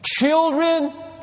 Children